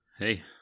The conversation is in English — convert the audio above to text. Hey